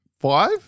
five